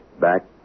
Back